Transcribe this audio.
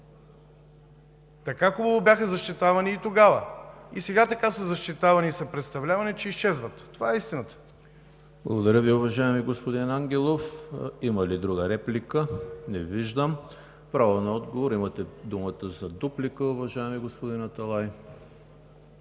Така хубаво бяха защитавани – и тогава, и сега, така са защитавани и представлявани, че изчезват! Това е истината. ПРЕДСЕДАТЕЛ ЕМИЛ ХРИСТОВ: Благодаря Ви, уважаеми господин Ангелов. Има ли друга реплика? Не виждам. Право на отговор. Имате думата за дуплика, уважаеми господин Аталай.